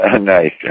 Nice